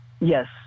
Yes